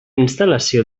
instal·lació